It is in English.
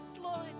Lord